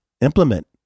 implement